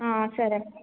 సరే